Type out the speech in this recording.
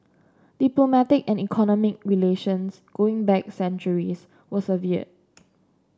diplomatic and economic relations going back centuries were severed